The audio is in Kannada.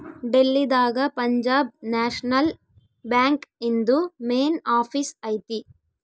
ಡೆಲ್ಲಿ ದಾಗ ಪಂಜಾಬ್ ನ್ಯಾಷನಲ್ ಬ್ಯಾಂಕ್ ಇಂದು ಮೇನ್ ಆಫೀಸ್ ಐತಿ